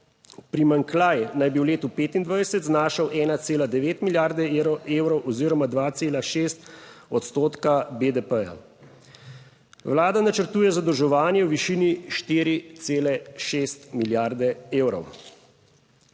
Primanjkljaj naj bi v letu 2025 znašal 1,9 milijarde evrov evrov oziroma 2,6 odstotka BDP. Vlada načrtuje zadolževanje v višini 4,6 milijarde evrov.